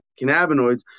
cannabinoids